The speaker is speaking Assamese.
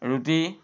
ৰুটি